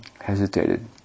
hesitated